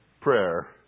Prayer